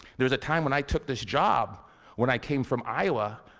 there was a time when i took this job when i came from iowa,